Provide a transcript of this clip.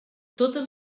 totes